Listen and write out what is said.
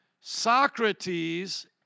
Socrates